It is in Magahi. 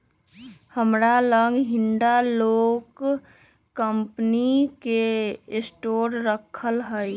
हमरा लग हिंडालको कंपनी के स्टॉक राखल हइ